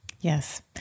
Yes